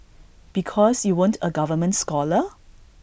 because you weren't A government scholar